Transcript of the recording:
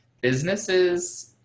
businesses